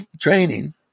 training